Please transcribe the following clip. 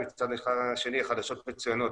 מצד שני חדשות מצוינות,